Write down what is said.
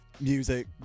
music